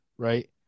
right